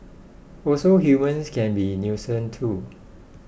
also humans can be nuisance too